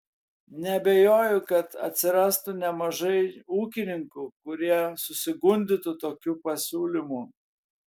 neabejoju kad atsirastų nemažai ūkininkų kurie susigundytų tokiu pasiūlymu